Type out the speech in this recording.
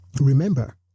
Remember